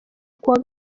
kuwa